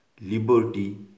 liberty